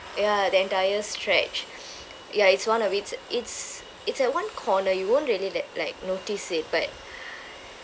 ya the entire stretch ya it's one of it's it's it's at one corner you won't really li~ like notice it but